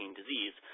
disease